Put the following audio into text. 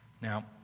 Now